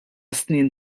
snin